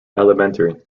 elementary